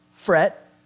fret